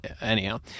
Anyhow